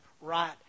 right